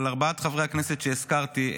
אבל ארבעת חברי הכנסת שהזכרתי,